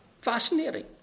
Fascinating